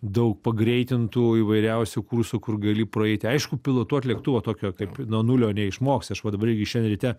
daug pagreitintų įvairiausių kursų kur gali praeiti aišku pilotuot lėktuvo tokio kaip nuo nulio neišmoksi aš va dabar irgi šiandien ryte